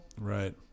Right